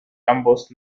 ambos